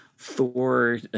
Thor